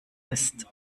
ist